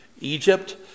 Egypt